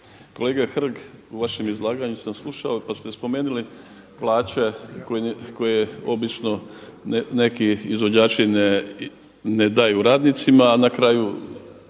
Kolega Hrg u vašem izlaganju sam slušao pa ste spomenuli plaće koje obično neki izvođači ne daju radnicima a na kraju